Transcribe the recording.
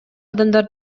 адамдар